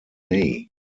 may